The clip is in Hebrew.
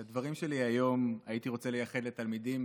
את הדברים שלי היום הייתי רוצה לייחד לתלמידים